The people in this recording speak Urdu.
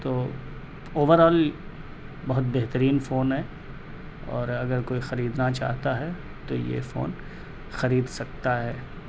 تو اوور آل بہت بہترین فون ہے اور اگر کوئی خریدنا چاہتا ہے تو یہ فون خرید سکتا ہے